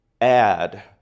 add